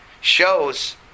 shows